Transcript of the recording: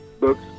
books